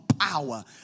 power